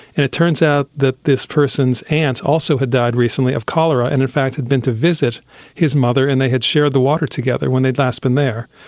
and it turns out that this person's aunt also had died recently of cholera and in fact had been to visit his mother and they had shared the water together when they had last been there.